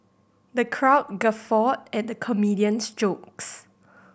the crowd guffawed at the comedian's jokes